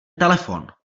telefon